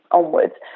onwards